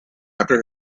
after